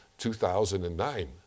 2009